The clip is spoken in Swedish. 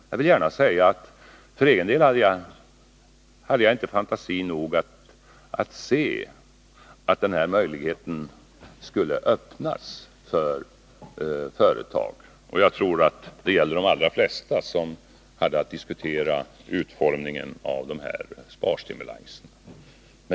Jag vill gärna säga att jag för egen del inte hade fantasi nog att se att denna möjlighet skulle öppnas för företagen. Jag tror att det gäller de flesta som hade att diskutera utformningen av denna sparstimulans.